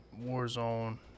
Warzone